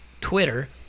Twitter